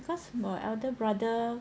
because my elder brother